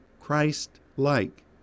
Christ-like